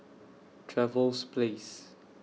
Trevose Place